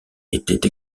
était